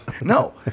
No